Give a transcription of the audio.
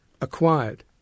acquired